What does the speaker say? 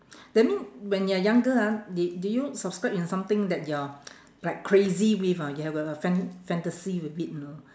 that mean when you're younger ah did did you subscribe in something that you're like crazy with ah you have a fan~ fantasy with it you know